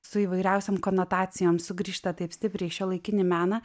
su įvairiausiom konotacijom sugrįžta taip stipriai į šiuolaikinį meną